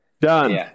Done